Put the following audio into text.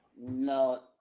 no